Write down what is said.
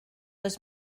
oes